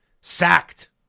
sacked